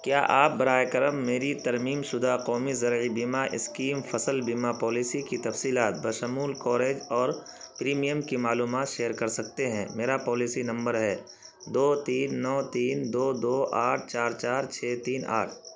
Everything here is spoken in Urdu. کیا آپ براہ کرم میری ترمیم شدہ قومی زرعی بیمہ اسکیم فصل بیمہ پالیسی کی تفصیلات بشمول کوریج اور پریمیم کی معلومات شیئر کر سکتے ہیں میرا پالیسی نمبر ہے دو تین نو تین دو دو آٹھ چار چار چھ تین آٹھ